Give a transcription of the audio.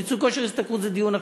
מיצוי כושר השתכרות זה דיון אחר.